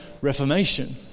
Reformation